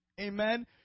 Amen